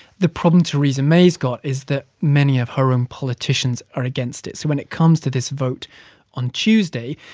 the problem theresa may's got is that many of her own politicians are against it. so when it comes to this vote on tuesday,